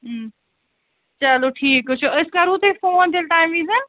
چلو ٹھیٖک حظ چھِ أسۍ کَرٕوٕ تۄہہِ فون تیٚلہِ تٔمۍ وِزیٚن